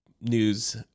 news